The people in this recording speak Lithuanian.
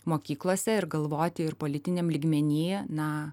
mokyklose ir galvoti ir politiniam lygmeny na